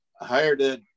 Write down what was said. Hired